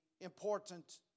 important